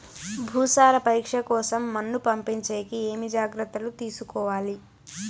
భూసార పరీక్ష కోసం మన్ను పంపించేకి ఏమి జాగ్రత్తలు తీసుకోవాలి?